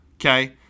okay